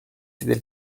c’était